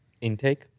Intake